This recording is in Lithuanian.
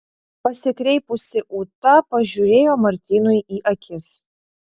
pasikreipusi ūta pažiūrėjo martynui į akis